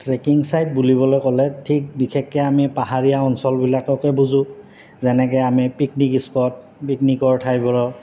trekking site বুলিবলৈ ক'লে ঠিক বিশেষকৈ আমি পাহাৰীয়া অঞ্চলবিলাককে বুজোঁ যেনেকৈ আমি পিকনিক স্পট পিকনিকৰ ঠাইবোৰক